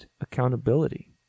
accountability